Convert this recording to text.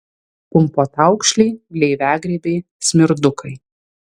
pumpotaukšliai gleiviagrybiai smirdukai